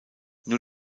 nur